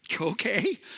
Okay